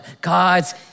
God's